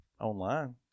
online